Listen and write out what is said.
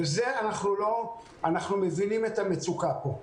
אנחנו מבינים את המצוקה פה.